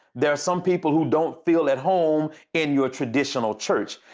there are some people who don't feel at home in your traditional church.